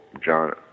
John